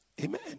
amen